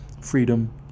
freedom